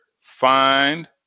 find